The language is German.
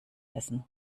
essen